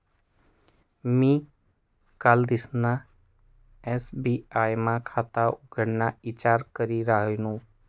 मी कालदिसना एस.बी.आय मा खाता उघडाना ईचार करी रायनू